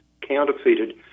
counterfeited